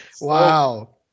Wow